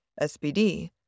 SPD